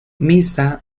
misa